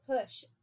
push